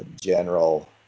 general